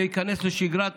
וייכנס לשגרת